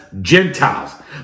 Gentiles